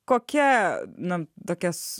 kokia na tokias